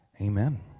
Amen